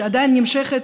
שעדיין נמשכת,